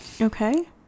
okay